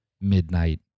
midnight